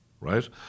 right